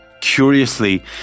curiously